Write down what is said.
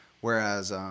whereas